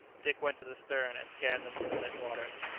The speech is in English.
dick went to the stern, and scanned the moonlit waters.